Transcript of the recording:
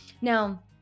Now